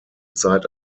zeit